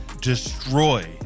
destroy